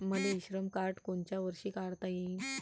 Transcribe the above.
मले इ श्रम कार्ड कोनच्या वर्षी काढता येईन?